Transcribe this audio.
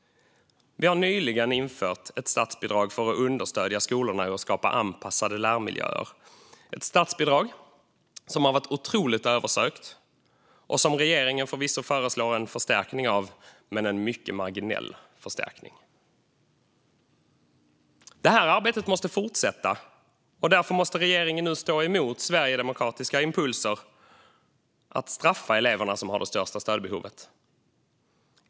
Vi har nyligen infört ett statsbidrag för att understödja skolorna i att skapa anpassade lärmiljöer - ett statsbidrag som varit otroligt översökt. Regeringen föreslår förvisso en förstärkning av det bidraget, men det är en mycket marginell förstärkning. Detta arbete måste fortsätta. Därför måste regeringen nu stå emot sverigedemokratiska impulser att straffa de elever som har det största stödbehovet.